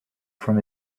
from